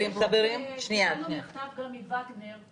קיבלנו מכתב גם מווגנר,